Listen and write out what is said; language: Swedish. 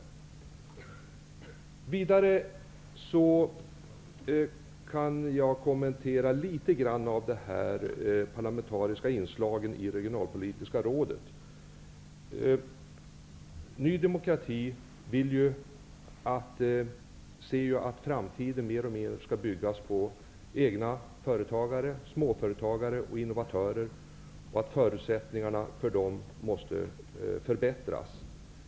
Jag vill också något kommentera frågan om de parlamentariska inslagen i regionalpolitiska rådet. Ny demokrati vill ju att framtiden mer och mer skall byggas på egna företagare, småföretagare och innovatörer, och att förutsättningarna för dem skall förbättras.